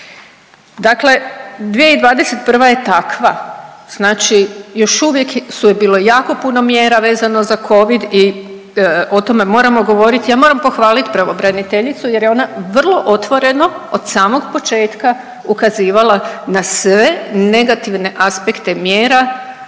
Dakle, 2021. je takva, znači još uvijek je bilo jako puno mjera vezano za covid i o tome moramo govorit. Ja moram pohvalit pravobraniteljicu jer je ona vrlo otvoreno od samog početka ukazivala na sve negativne aspekte mjera